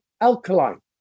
alkaline